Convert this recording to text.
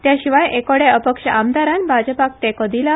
तेशिवाय एकोड्या अपक्ष आमदारान भाजपाक तेको दिला